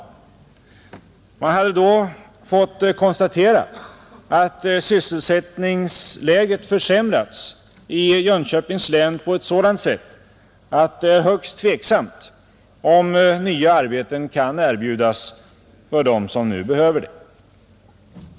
Man hade då fått konstatera att sysselsättningsläget försämrats i Jönköpings län på ett sådant sätt att det är högst tveksamt om nya arbeten kan erbjudas dem som nu behöver sådana.